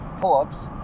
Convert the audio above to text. pull-ups